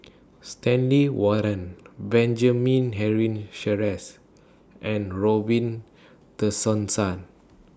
Stanley Warren Benjamin Henry Sheares and Robin Tessensohn